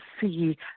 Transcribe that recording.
see